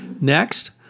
Next